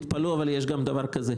תתפלאו אבל יש גם דבר כזה.